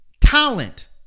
talent